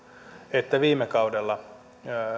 että viime kaudella